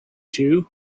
two